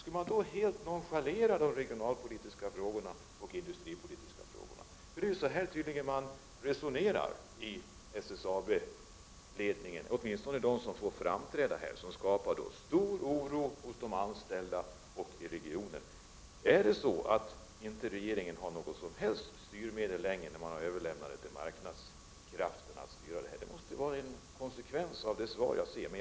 Skulle man då helt nonchalera de regionaloch industripolitiska frågorna? Det är tydligen så de resonerar i SSAB:s ledning, åtminstone de som får framträda och som skapar stor oro hos de anställda och i regionen. Har regeringen inte något som helst styrmedel längre, eftersom man har överlämnat till marknadskrafterna att styra detta? Det måste ju vara en konsekvens av det svar jag har fått.